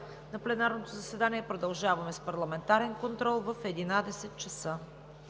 на пленарното заседание. Продължаваме с Парламентарен контрол в 11,00 ч.